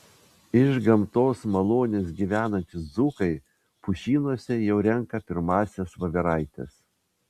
iš gamtos malonės gyvenantys dzūkai pušynuose jau renka pirmąsias voveraites